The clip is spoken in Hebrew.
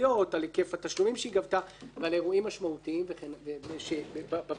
על היקף התשלומים שגבתה ועל אירועים משמעותיים בפעילות שלה.